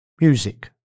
music